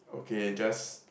okay just